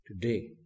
today